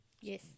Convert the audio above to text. yes